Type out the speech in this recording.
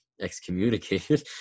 excommunicated